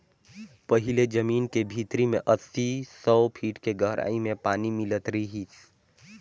पहिले जमीन के भीतरी में अस्सी, सौ फीट के गहराई में पानी मिलत रिहिस